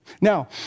Now